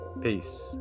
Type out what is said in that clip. Peace